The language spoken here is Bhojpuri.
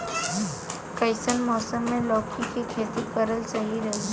कइसन मौसम मे लौकी के खेती करल सही रही?